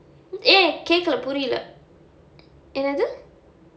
eh கேக்கல புரீல:kekkala pureela